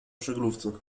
żaglówce